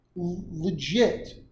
legit